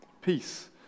peace